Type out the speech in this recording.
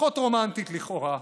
פחות רומנטית לכאורה,